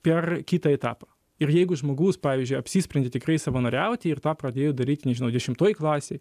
per kitą etapą ir jeigu žmogus pavyzdžiui apsisprendė tikrai savanoriauti ir tą pradėjo daryti nežinau dešimtoj klasėj